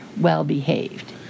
well-behaved